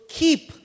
keep